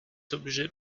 objet